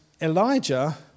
Elijah